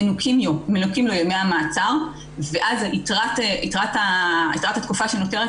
מנוכים לו ימי המעצר ואז יתרת התקופה שנותרת